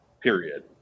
period